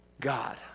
God